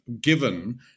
given